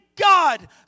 God